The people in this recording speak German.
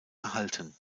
erhalten